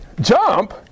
Jump